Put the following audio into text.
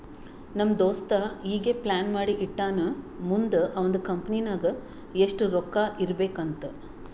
ನಮ್ ದೋಸ್ತ ಈಗೆ ಪ್ಲಾನ್ ಮಾಡಿ ಇಟ್ಟಾನ್ ಮುಂದ್ ಅವಂದ್ ಕಂಪನಿ ನಾಗ್ ಎಷ್ಟ ರೊಕ್ಕಾ ಇರ್ಬೇಕ್ ಅಂತ್